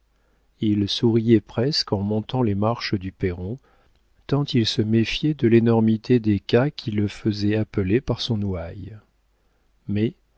il souriait presque en montant les marches du perron tant il se méfiait de l'énormité des cas qui le faisaient appeler par son ouaille mais